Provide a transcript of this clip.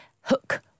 Hook